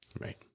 Right